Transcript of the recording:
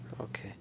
Okay